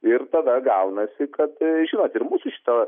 ir tada gaunasi kad tai žimot ir mūsų šito